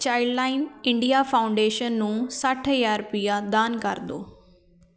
Childline India Foundation ਨੂੰ ਸੱਠ ਹਜ਼ਾਰ ਰੁਪਇਆ ਦਾਨ ਕਰ ਦਿਉ